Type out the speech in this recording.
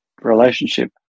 relationship